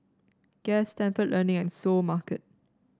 Guess Stalford Learning and Seoul Mart